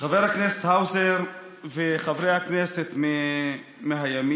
חבר הכנסת האוזר וחברי הכנסת מהימין,